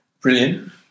brilliant